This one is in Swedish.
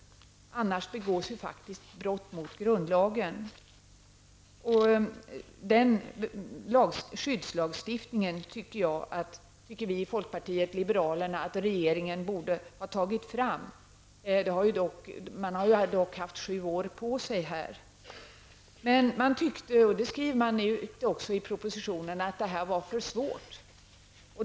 Annars begås faktiskt brott mot grundlagen. Den skyddslagstiftningen tycker vi i folkpartiet liberalerna att regeringen borde ha tagit fram. Man har dock haft sju år på sig. Men man tyckte, och det skriver man också i propositionen, att det här var för svårt.